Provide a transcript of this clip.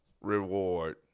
reward